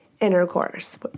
intercourse